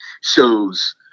shows